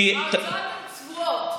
ההוצאות הן צבועות.